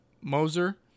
Moser